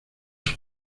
sus